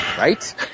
Right